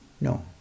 No